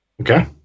Okay